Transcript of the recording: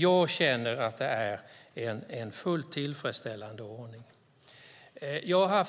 Jag känner att det är en fullt tillfredsställande ordning.